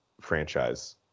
franchise